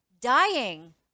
dying